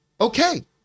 Okay